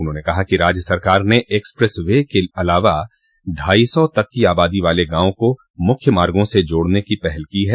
उन्होंने कहा कि राज्य सरकार ने एक्सप्रेस वे के अलावा ढाई सौ तक की आबादी वाले गॉवों को मुख्य मार्गो से जोड़ने की पहल की ह